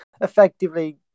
effectively